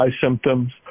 symptoms